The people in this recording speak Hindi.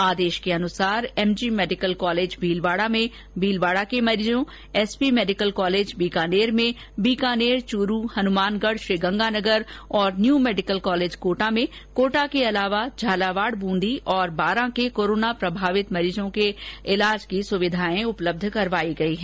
आदेश के अनुसार एमजी मेडिकल कॉलेज भीलवाड़ा में Bhilwara SP medical college Bikaner में बीकानेर चूरू हनुमानगढ श्रीगंगानगर और न्यू मेडिकल कॉलेज कोटा में कोटा झालावाड बुंदी और बारां के कोरोना प्रभावित मरीजों के ईलाज के लिए सुविधाएं उपलब्ध करवाई गई है